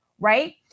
Right